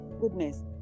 goodness